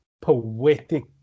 poetic